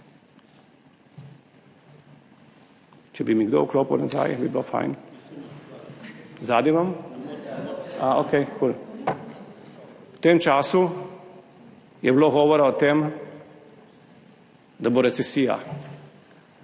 V tem času je bilo govora o tem, da bo recesija.